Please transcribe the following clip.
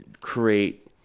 create